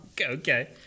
okay